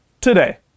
today